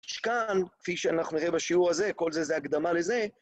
שכאן, כפי שאנחנו נראה בשיעור הזה, כל זה זה הקדמה לזה.